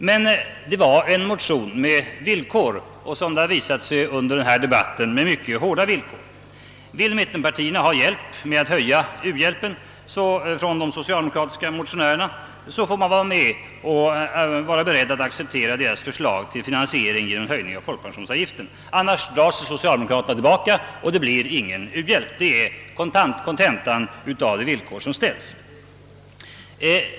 Men det var en motion med villkor — och som det visade sig under denna debatt mycket hårda villkor! Vill mittenpartierna ha hjälp av de socialdemokratiska motionärerna med att öka u-landshjälpen, så får vi vara beredda att acceptera deras förslag om finansiering genom en höjning av folkpensionsavgiften. I annat fall drar sig socialdemokraterna tillbaka och det blir ingen ökad u-landshjälp. Det är kontentan av de villkor som ställts.